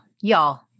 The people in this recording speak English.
y'all